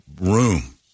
room